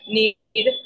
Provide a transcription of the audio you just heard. need